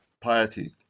piety